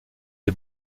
est